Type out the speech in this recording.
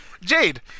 Jade